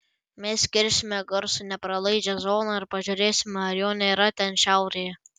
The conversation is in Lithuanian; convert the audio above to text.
mes kirsime garsui nepralaidžią zoną ir pažiūrėsime ar jo nėra ten šiaurėje